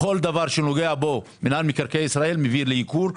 כל דבר שנוגע בו מינהל מקרקעי ישראל מביא לייקור.